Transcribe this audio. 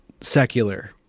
secular